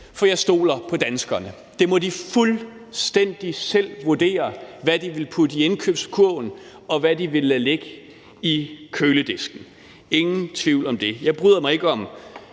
for jeg stoler på danskerne. De må fuldstændig selv vurdere, hvad de vil putte i indkøbskurven, og hvad de vil lade ligge i køledisken – ingen tvivl om det. Jeg bryder mig ikke om